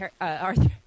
Arthur